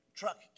truck